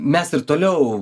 mes ir toliau